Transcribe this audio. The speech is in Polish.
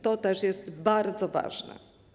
To też jest bardzo ważne.